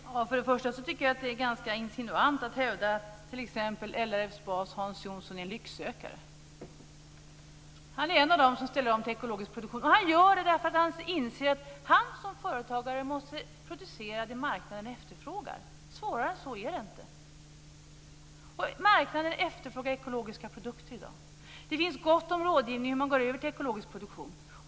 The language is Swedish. Fru talman! För det första tycker jag att det är ganska insinuant att hävda att t.ex. LRF:s bas, Hans Jonsson, är en lycksökare. Han är en av dem som ställer om till ekologisk produktion. Han gör det därför att han inser att han som företagare måste producera det som marknaden efterfrågar. Svårare än så är det inte. Marknaden efterfrågar ekologiska produkter i dag. Det finns gott om rådgivning om hur man går över till ekologisk produktion.